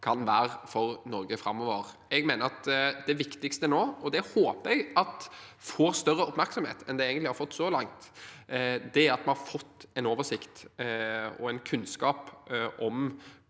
kan være for Norge framover. Jeg mener det viktigste nå – og det håper jeg får større oppmerksomhet enn det egentlig har fått så langt – er at vi har fått en oversikt over og kunnskap om